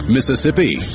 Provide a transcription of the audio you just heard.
Mississippi